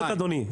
אדוני.